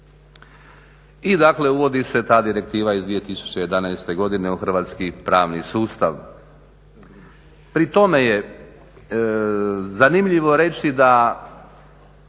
I dakle uvodi se ta direktiva iz 2011. godine u hrvatski pravni sustav. Pri tome je zanimljivo reći da